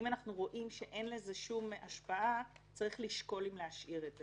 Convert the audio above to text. אם אנחנו רואים שאין לזה שום השפעה צריך לשקול אם להשאיר את זה.